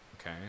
okay